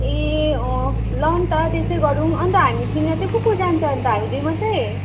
ए अँ ल नि त त्यसै गरौँ अन्त हामीसँग चाहिँ को को जान्छ अन्त हामी दुई मात्रै